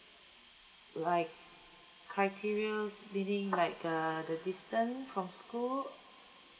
like criterias meaning like the the distance from school